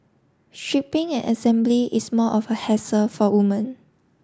shipping and assembly is more of a hassle for woman